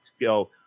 go